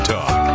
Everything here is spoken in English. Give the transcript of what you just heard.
Talk